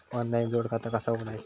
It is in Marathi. ऑनलाइन जोड खाता कसा उघडायचा?